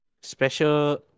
special